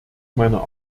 meiner